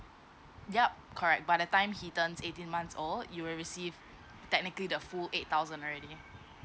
ya correct by the time he turns eighteen months old you will receive technically the full eight thousand already